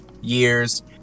years